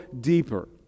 deeper